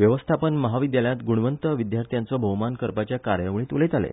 वेवस्थापन म्हाविद्यालयांत गुणेस्त विद्यार्थ्यांचो भोवमान करपाचे कार्यावळींत उलयताले